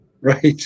Right